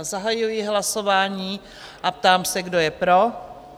Zahajuji hlasování a ptám se, kdo je pro?